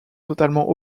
totalement